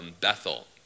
Bethel